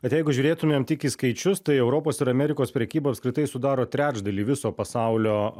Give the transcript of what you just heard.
bet jeigu žiūrėtumėm tik į skaičius tai europos ir amerikos prekyba apskritai sudaro trečdalį viso pasaulio